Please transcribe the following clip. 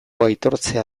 aitortzea